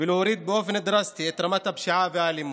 ולהוריד באופן דרסטי את רמות הפשיעה והאלימות.